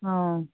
ꯑꯥ